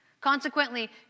Consequently